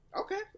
Okay